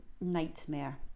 nightmare